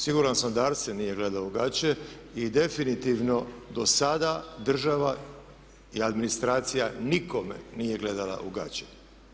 Siguran sam Arsen nije gledao u gaće i definitivno do sada država o administracija nikome nije gledala u gaće.